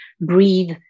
breathe